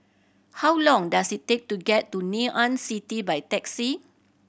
how long does it take to get to Ngee Ann City by taxi